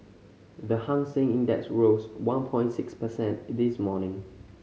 the Hang Seng Index rose one point six percent in this morning